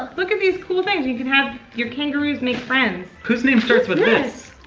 look at these cool things. you can have your kangaroos make friends. whose name starts with this?